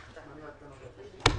רוצה להתייחס?